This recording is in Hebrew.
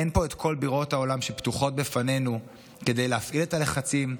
אין פה את כל בירות העולם שפתוחות בפנינו כדי להפעיל את הלחצים,